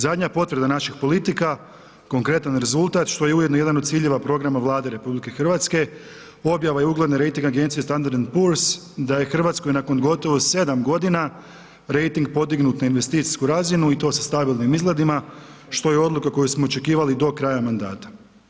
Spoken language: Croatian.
Zadnja potvrda naših politika, konkretan rezultat što je ujedno i jedan od ciljeva programa Vlade RH objava je ugledne rejting agencije Standard & Poors da je Hrvatskoj nakon gotovo 7 godina rejtin podignut na investicijsku razinu i to sa stabilnim izgledima što je odluka koju smo očekivali do kraja mandata.